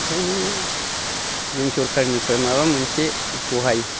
ओंखायनो जों सरखारनिफ्राय माबा मोनसे सहाय